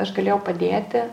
aš galėjau padėti